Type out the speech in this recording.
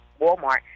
Walmart